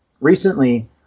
Recently